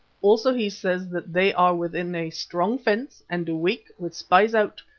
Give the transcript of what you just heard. also he says that they are within a strong fence and awake, with spies out,